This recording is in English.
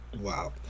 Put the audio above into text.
Wow